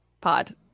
pod